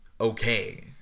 okay